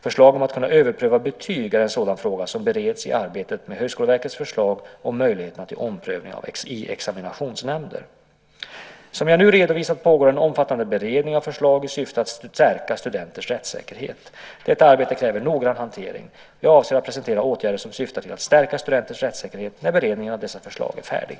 Förslaget om att kunna överpröva betyg är en sådan fråga som bereds i arbetet med Högskoleverkets förslag om möjligheten till omprövning i examinationsnämnder. Som jag nu redovisat pågår en omfattande beredning av förslag i syfte att stärka studenters rättssäkerhet. Detta arbete kräver noggrann hantering. Jag avser att presentera åtgärder som syftar till att stärka studenters rättssäkerhet när beredningen av dessa förslag är färdig.